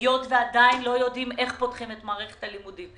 היות ועדיין לא יודעים איך פותחים את מערכת הלימודים,